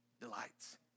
delights